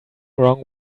wrong